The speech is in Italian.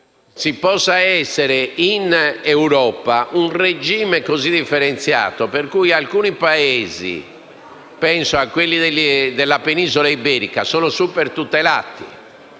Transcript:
ci possa essere in Europa un regime così differenziato per cui alcuni Paesi, come quelli della penisola iberica, sono supertutelati